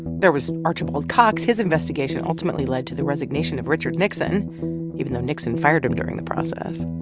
there was archibald cox. his investigation ultimately led to the resignation of richard nixon even though nixon fired him during the process.